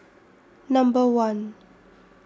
Number one